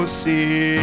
see